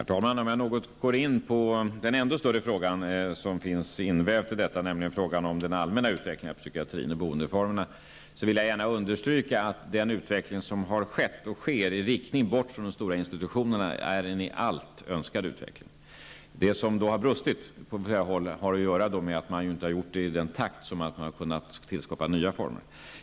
Herr talman! Om jag något går in på den större fråga som finns invävd i detta, nämligen frågan om den allmänna utvecklingen av psykiatrin i boendeformerna, vill jag gärna understryka att den utveckling som har skett och sker i riktning bort från de stora institutionerna är en i allt önskad utveckling. Det som då har brustit har att göra med att det inte har skett i den takten att man har kunnat skapa nya former.